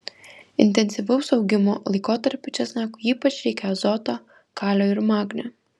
intensyvaus augimo laikotarpiu česnakui ypač reikia azoto kalio ir magnio